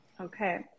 Okay